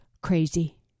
crazy